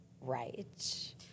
right